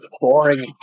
boring